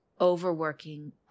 overworking